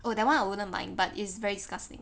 oh that [one] I wouldn't mind but it's very disgusting